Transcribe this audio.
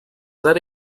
that